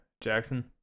Jackson